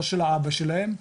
לא של האבא שלהם,